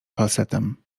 falsetem